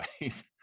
ways